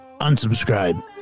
unsubscribe